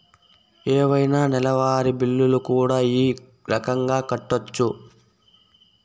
ఏవైనా నెలవారి బిల్లులు కూడా ఈ రకంగా కట్టొచ్చు